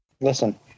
listen